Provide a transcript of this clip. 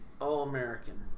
All-American